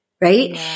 right